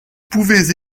pouvez